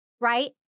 right